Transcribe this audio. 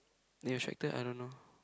is it a tractor I don't know